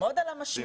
ללמוד על המשבר,